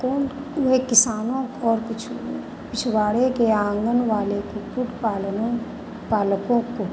कौन वे किसानों और कुछ पिछड़ों पिछवाड़े के आँगन वाले कुक्कुट पालनों पालकों को